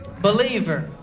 believer